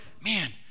man